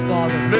Father